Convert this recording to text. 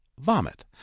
vomit